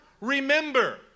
remember